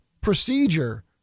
procedure